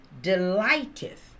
delighteth